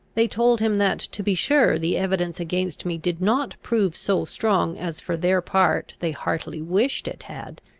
they told him that to be sure the evidence against me did not prove so strong as for their part they heartily wished it had,